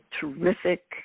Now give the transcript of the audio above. terrific